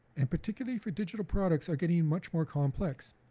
and particularly for digital products are getting much more complex.